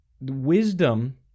wisdom